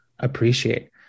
appreciate